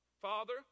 Father